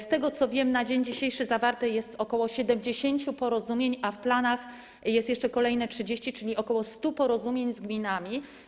Z tego, co wiem, na dzień dzisiejszy zawarte jest ok. 70 porozumień, a w planach jest jeszcze kolejne 30, czyli ok. 100 porozumień z gminami.